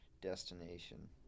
destination